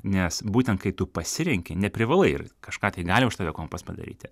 nes būtent kai tu pasirenki neprivalai ir kažką tai gali už tave kompas padaryti